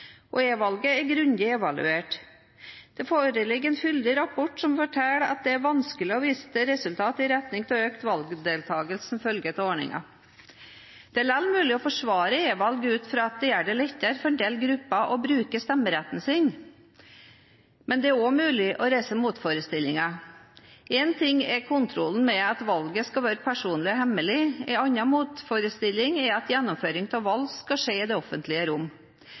er grundig evaluert. Det foreligger en fyldig rapport som forteller at det er vanskelig å vise til resultat i retning av økt valgdeltakelse som følge av ordningen. Det er likevel mulig å forsvare e-valg ut fra at det gjør det lettere for en del grupper å bruke stemmeretten sin. Men det er også mulig å reise motforestillinger. Én ting er kontrollen med at valget skal være personlig og hemmelig. En annen motforestilling er at gjennomføring av valg skal skje i det offentlige rom.